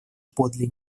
подле